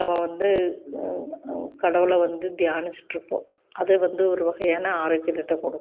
நம்ம வந்து கடவுளை வந்து தியானித்துட்டுருப்போம் அது வந்து ஒரு வகையான ஆரோக்கியத்த கொடுக்கும்